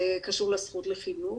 וקשור לזכות לחינוך,